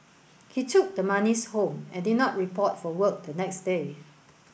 he took the monies home and did not report for work the next day